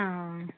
ആ